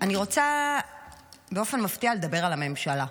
אני רוצה לדבר על הממשלה.